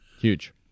Huge